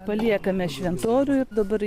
paliekame šventorių ir dabar